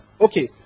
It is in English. Okay